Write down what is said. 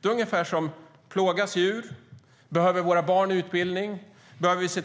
Det är ungefär som att ställa sig frågorna om djur plågas, om våra barn behöver utbildning